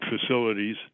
facilities